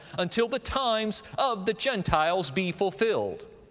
until the times of the gentiles be fulfilled.